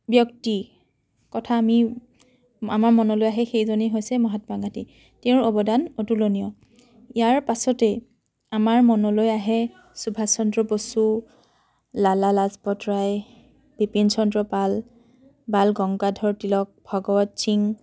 ব্যক্তিৰ কথা আমি আমাৰ মনলে আহে সেইজনেই হৈছে মহাত্মা গান্ধী তেওঁৰ অৱদান অতুলনীয় ইয়াৰ পাছতে আমাৰ মনলৈ আহে সুভাষ চন্দ্ৰ বসু লালা লাজপত ৰায় বিপিন চন্দ্ৰ পাল বাল গংগাধৰ তিলক ভগৱত সিং